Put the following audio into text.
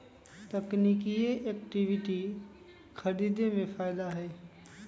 तकनिकिये इक्विटी खरीदे में फायदा हए